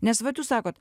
nes vat jūs sakot